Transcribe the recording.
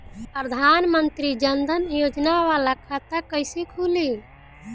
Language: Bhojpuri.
प्रधान मंत्री जन धन योजना वाला खाता कईसे खुली?